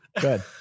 Good